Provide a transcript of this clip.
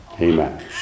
Amen